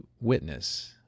witness